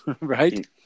right